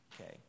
okay